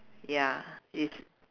ya it's